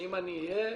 -- אם אני אהיה,